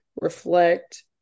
reflect